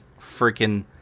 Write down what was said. freaking